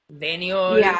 Daniel